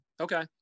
okay